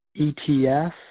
ETF